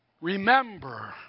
Remember